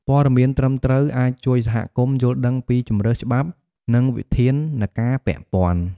ព័ត៌មានត្រឹមត្រូវអាចជួយសហគមន៍យល់ដឹងពីជម្រើសច្បាប់និងវិធានការពាក់ព័ន្ធ។